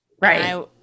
right